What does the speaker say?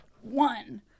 one